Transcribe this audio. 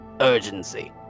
urgency